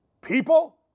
people